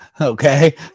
Okay